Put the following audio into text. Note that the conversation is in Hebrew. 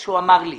שהוא אמר לי.